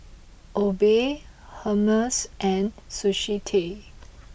Obey Hermes and Sushi Tei